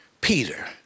Peter